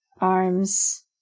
Arms